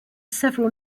several